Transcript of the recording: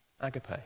Agape